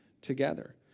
together